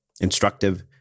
instructive